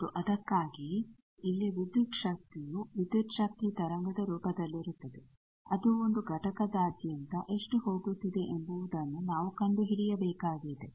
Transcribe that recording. ಮತ್ತು ಅದಕ್ಕಾಗಿಯೇ ಇಲ್ಲಿ ವಿದ್ಯುತ್ ಶಕ್ತಿಯು ವಿದ್ಯುತ್ ಶಕ್ತಿ ತರಂಗದ ರೂಪದಲ್ಲಿರುತ್ತದೆ ಅದು ಒಂದು ಘಟಕದಾದ್ಯಂತ ಎಷ್ಟು ಹೋಗುತ್ತಿದೆ ಎಂಬುದನ್ನು ನಾವು ಕಂಡು ಹಿಡಿಯಬೇಕಾಗಿದೆ